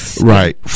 right